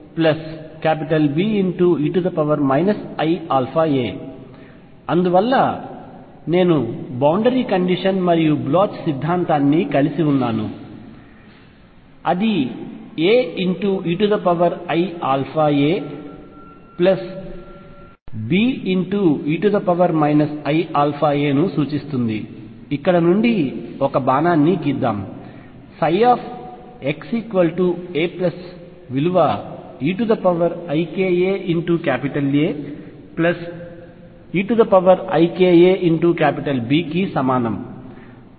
అందువలన నేను boundary condition మరియు బ్లోచ్ సిద్ధాంతాన్ని కలిసి ఉన్నాను అది AeiαaBe iαa ను సూచిస్తుంది ఇక్కడ నుండి ఒక బాణాన్ని గీద్దాం xa విలువ eikaAeikaB కి సమానం